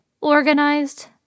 organized